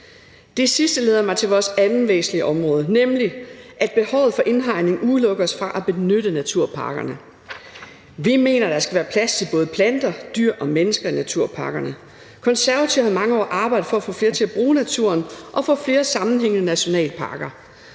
Det sidste leder mig til vores andet væsentlige område, nemlig at behovet for indhegning udelukker os fra at benytte naturparkerne. Vi mener, at der skal være plads til både planter, dyr og mennesker i naturparkerne. De Konservative har i mange år arbejdet for at få flere til at bruge naturen og få flere sammenhængende nationalparker.